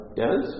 yes